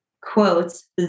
quotes